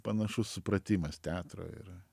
panašus supratimas teatro yra